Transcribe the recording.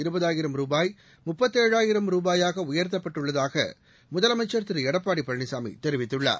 இருபதாயிரம் ரூபாய் முப்பத்தேழாயிரம் ரூபாயாக உயர்த்தப்பட்டுள்ளதாக முதலமைச்சர் திரு எடப்பாடி பழனிசாமி தெரிவித்துள்ளார்